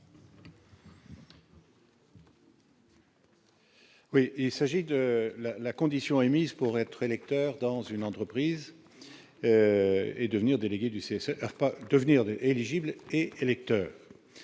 Oui, il s'agit de la condition émise pour être électeur dans une entreprise et devenir délégué du CSA pas devenir de éligibles et électeurs,